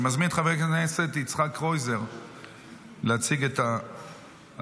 אני מזמין את חבר הכנסת יצחק קרויזר להציג את ההצעה.